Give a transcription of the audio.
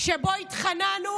שבו התחננו,